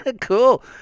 Cool